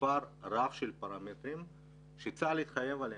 מספר רב של פרמטרים שצה"ל התחייב עליהם.